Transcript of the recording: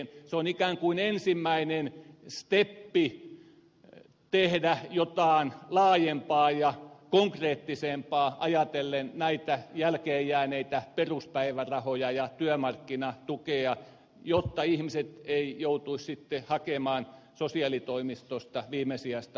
se on ikään kuin ensimmäinen steppi tehdä jotain laajempaa ja konkreettisempaa ajatellen näitä jälkeenjääneitä peruspäivärahoja ja työmarkkinatukea jotta ihmiset eivät joutuisi sitten hakemaan sosiaalitoimistosta viimesijaista toimeentuloturvaa